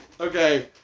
Okay